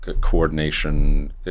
coordination